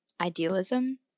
idealism